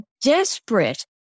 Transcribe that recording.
desperate